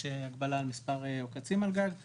יש הגבלה על מספר עוקצים על גג.